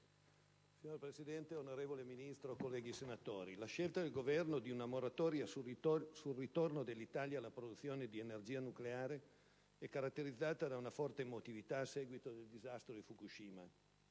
Signor Presidente, onorevole Ministro, colleghi senatori, la scelta del Governo di una moratoria sul ritorno dell'Italia alla produzione di energia nucleare è caratterizzata da una forte emotività, a seguito del disastro di Fukushima.